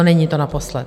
No, není to naposled.